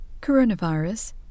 Coronavirus